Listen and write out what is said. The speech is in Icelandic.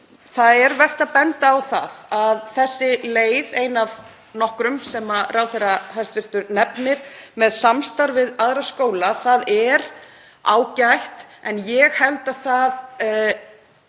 Það er vert að benda á það að þessi leið, ein af nokkrum sem hæstv. ráðherra nefnir, með samstarf við aðra skóla, er ágæt en ég held að